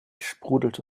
sprudelte